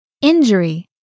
Injury